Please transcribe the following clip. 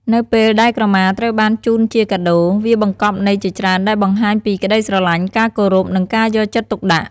នៅពេលដែលក្រមាត្រូវបានជូនជាកាដូ វាបង្កប់ន័យជាច្រើនដែលបង្ហាញពីក្ដីស្រលាញ់ ការគោរព និងការយកចិត្តទុកដាក់។